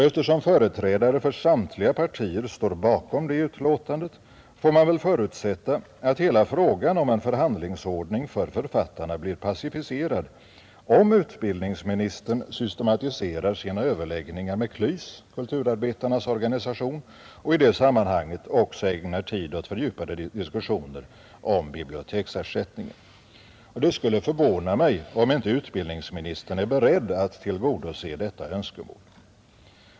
Eftersom företrädare för samtliga partier står bakom det uttalandet, får man väl förutsätta att hela frågan om en förhandlingsordning för författarna blir pacificerad, om utbildningsministern systematiserar sina överläggningar med KLYS — kulturarbetarnas organisation — och i det sammanhanget också ägnar tid åt fördjupade diskussioner om biblioteksersättningen. Det skulle förvåna mig om inte utbildningsministern är beredd att tillgodose detta önskemål.